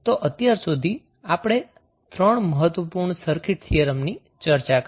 તો અત્યાર સુધી આપણે 3 મહત્વપૂર્ણ સર્કિટ થિયરમની ચર્ચા કરી